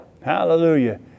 Hallelujah